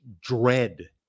dread